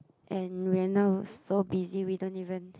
and we're now so busy we don't even